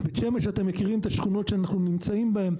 בית שמש אתם מכירים את השכונות שאנחנו נמצאים בהם.